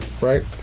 Right